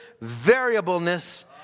variableness